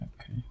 Okay